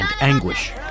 anguish